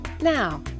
Now